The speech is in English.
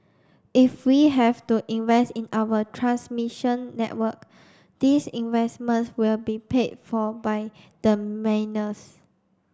if we have to invest in our transmission network these investments will be paid for by the